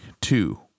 two